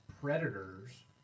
predators